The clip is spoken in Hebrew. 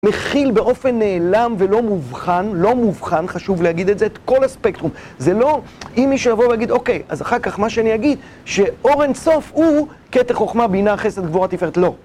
מכיל באופן נעלם ולא מובחן, לא מובחן, חשוב להגיד את זה, את כל הספקטרום. זה לא, אם מישהו יבוא ויגיד, אוקיי, אז אחר כך מה שאני אגיד, שאורן סוף הוא קטע חוכמה, בינה, חסד, גבורה, תפארת, לא.